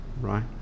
right